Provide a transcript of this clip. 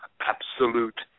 absolute